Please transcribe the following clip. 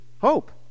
hope